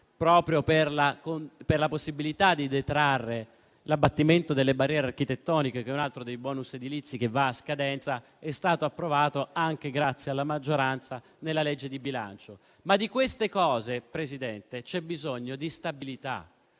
proprio la possibilità di detrarre l'abbattimento delle barriere architettoniche, che è un altro dei *bonus* edilizi che va a scadenza, è stato approvato anche grazie alla maggioranza nella legge di bilancio. In queste cose però, signor Presidente, c'è bisogno di stabilità.